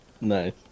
Nice